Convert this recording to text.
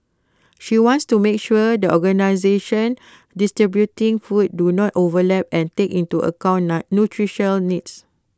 she wants to make sure that organisations distributing food do not overlap and take into account nutritional needs